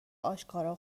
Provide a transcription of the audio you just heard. آشکارا